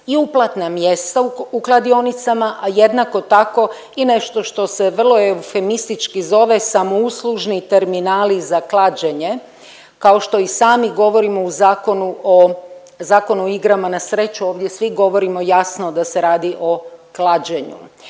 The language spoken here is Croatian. i uplatna mjesta u kladionicama, a jednako tako i nešto što se vrlo eufemistički zove samouslužni terminali za klađenje kao što i sami govorimo u zakonu o, Zakonu o igrama na sreću. Ovdje svi govorimo jasno da se radi o klađenju.